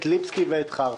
את ליפסקי ואת חרסה.